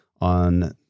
on